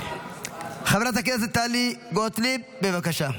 חברת הכנסת טלי גוטליב, בבקשה.